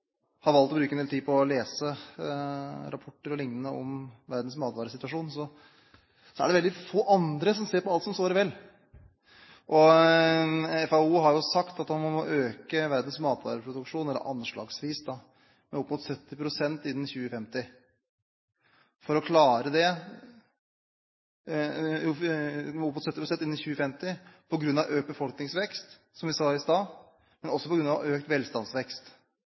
har valgt å bruke en del tid på å lese rapporter og liknende om verdens matvaresituasjon, og det er veldig få andre som ser på alt som såre vel. FAO har sagt at man må øke verdens matvareproduksjon med anslagsvis 70 pst. innen 2050 på grunn av økt befolkningsvekst, som man sa i stad, men også på grunn av økt velstandsvekst.